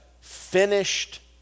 finished